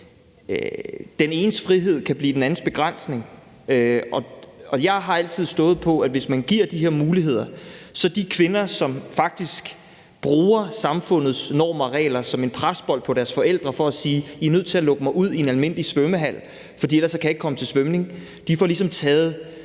den enes frihed blive den andens begrænsning, og jeg har altid stået på, at hvis man giver de her muligheder, får de kvinder, som faktisk bruger samfundets normer og regler som en presbold på deres forældre for at sige, at I er nødt til at lukke mig ud i en almindelig svømmehal, for ellers kan jeg ikke komme til svømning, ligesom taget